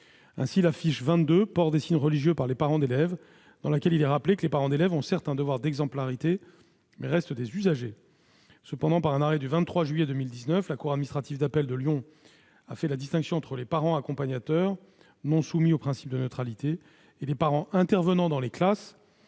dans la fiche 22, « port des signes religieux par les parents d'élèves », il est rappelé que les parents d'élèves ont certes un devoir d'exemplarité, mais restent des usagers. Cependant, par un arrêt du 23 juillet 2019, la cour administrative d'appel de Lyon a fait la distinction entre les parents accompagnateurs, non soumis au principe de neutralité, et les parents intervenant dans les classes-